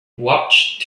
watched